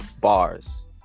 Bars